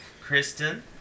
Kristen